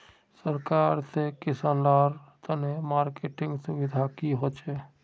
सरकार से किसान लार तने मार्केटिंग सुविधा की होचे?